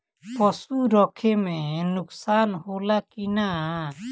पशु रखे मे नुकसान होला कि न?